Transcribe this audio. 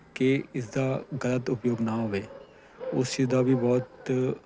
ਕਿ ਇਸਦਾ ਗਲਤ ਉਪਯੋਗ ਨਾ ਹੋਵੇ ਉਸ ਚੀਜ਼ ਦਾ ਵੀ ਬਹੁਤ